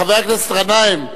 חבר הכנסת גנאים,